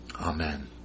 Amen